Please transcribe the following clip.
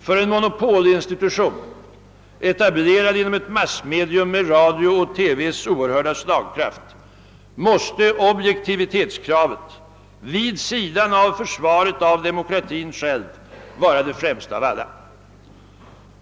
För en monopolinstitution, etablerad inom ett massmedium med radions och televisionens oerhörda slagkraft, måste objektivitetskravet — vid sidan av försvaret av demokratin själv — vara det främsta av alla krav.